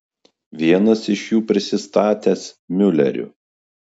vienas iš jų prisistatęs miuleriu